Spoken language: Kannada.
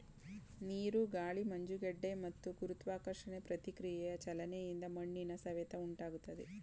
ನೀರು ಗಾಳಿ ಮಂಜುಗಡ್ಡೆ ಮತ್ತು ಗುರುತ್ವಾಕರ್ಷಣೆ ಪ್ರತಿಕ್ರಿಯೆಯ ಚಲನೆಯಿಂದ ಮಣ್ಣಿನ ಸವೆತ ಉಂಟಾಗ್ತದೆ